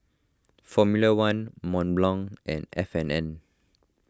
formula one Mont Blanc and F and N